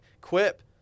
Quip